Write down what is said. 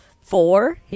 four